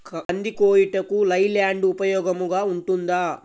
కంది కోయుటకు లై ల్యాండ్ ఉపయోగముగా ఉంటుందా?